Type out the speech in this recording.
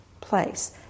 place